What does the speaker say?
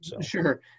Sure